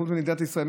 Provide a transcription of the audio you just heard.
מחוץ למדינת ישראל,